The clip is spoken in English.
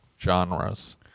genres